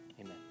Amen